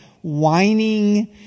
whining